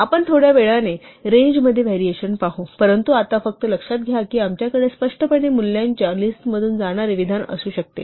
आपण थोड्या वेळाने रेंजमध्ये व्हॅरिएशन पाहू परंतु आता फक्त लक्षात घ्या की आमच्याकडे स्पष्टपणे मूल्यांच्या लिस्टमधून जाणारे विधान असू शकते